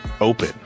open